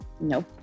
Nope